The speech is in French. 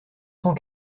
cent